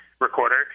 recorder